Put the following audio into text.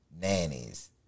Nannies